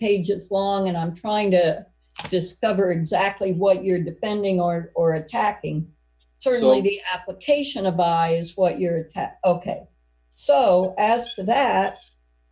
pages long and i'm trying to discover exactly what you're defending or or attacking certainly the application of buys what you're so asked for that